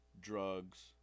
drugs